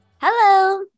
hello